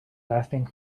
lasting